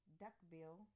duckbill